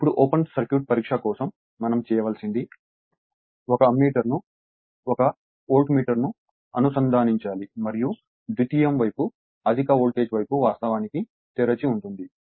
ఇప్పుడు open circuit పరీక్ష కోసం మనం చేయవలసింది 1 అమ్మీటర్ను1 వోల్టమీటర్ అనుసంధానించాలి మరియు ద్వితీయ వైపు అధిక వోల్టేజ్ వైపు వాస్తవానికి తెరిచి ఉంటుంది